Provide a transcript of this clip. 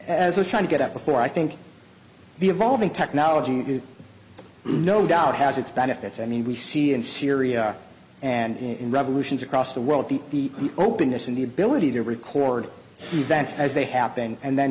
we're trying to get out before i think the evolving technology is no doubt has its benefits i mean we see in syria and in revolutions across the world the openness and the ability to record events as they happen and then